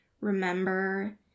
remember